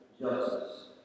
justice